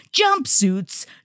jumpsuits